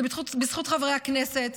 זה בזכות חברי הכנסת,